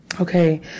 Okay